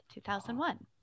2001